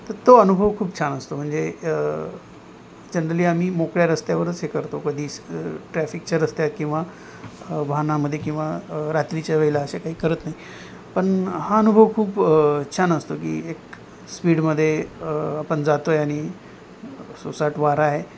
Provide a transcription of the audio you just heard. तर तो अनुभव खूप छान असतो म्हणजे जनरली आम्ही मोकळ्या रस्त्यावरच हे करतो कधीच ट्रॅफिकच्या रस्त्यात किंवा वाहनामध्ये किंवा रात्रीच्या वेळेला असे काही करत नाही पण हा अनुभव खूप छान असतो की एक स्पीडमध्ये आपण जातो आहे आणि सुसाट वारा आहे